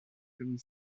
comme